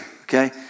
okay